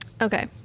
Okay